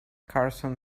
carson